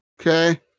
Okay